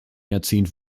jahrzehnt